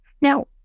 Now